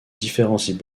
différencient